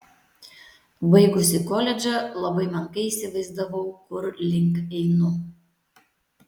baigusi koledžą labai menkai įsivaizdavau kur link einu